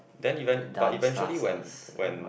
then even~ but eventually when when